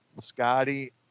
Scotty